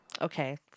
Okay